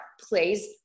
plays